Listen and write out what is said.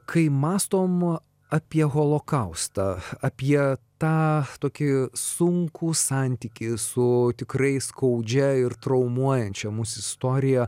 kai mąstom apie holokaustą apie tą tokį sunkų santykį su tikrai skaudžia ir traumuojančia mus istorija